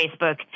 Facebook